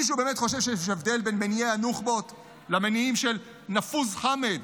מישהו באמת חושב שיש הבדל בין מניעי הנוח'בות למניעים של נפוז חמאד,